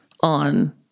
on